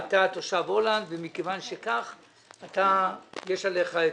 סליחה, טעינו או להגיד: אתה טועה.